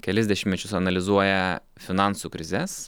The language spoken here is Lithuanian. kelis dešimtmečius analizuoja finansų krizes